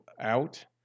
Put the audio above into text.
out